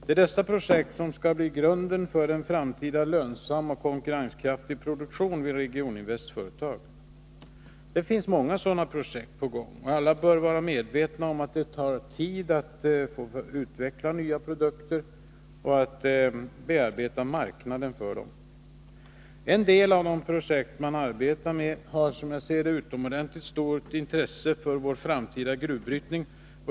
Det är dessa projekt som skall bli grunden för en framtida lönsam och konkurrenskraftig produktion vid Regioninvests företag. Många sådana projekt är på gång, och alla bör vara medvetna om att det tar tid att utveckla nya produkter och att bearbeta marknaden för dem. En del av de projekt som man arbetar med har, som jag ser det, utomordentligt stort intresse för vår framtida gruvhantering.